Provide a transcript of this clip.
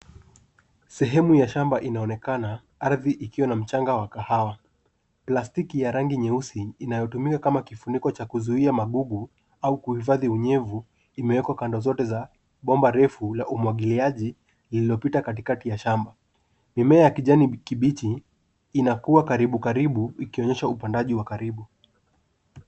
Sehemu ya shamba inaonekana ardhi ikiwa na mchanga wa kahawa. Plastiki ya rangi nyeusi inayotumika kama kifuniko cha kuzuia magugu au kuhifadhi unyevu imewekwa kando zote za bomba refu la umwagiliaji lililopita katikati ya shamba. Mimea ya kijani kibichi inakuwa karibu karibu ikionyesha upandaji wa karibu.